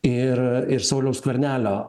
ir ir sauliaus skvernelio